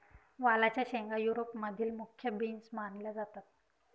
वालाच्या शेंगा युरोप मधील मुख्य बीन्स मानल्या जातात